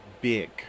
big